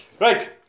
Right